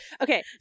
okay